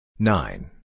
Nine